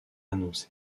annoncée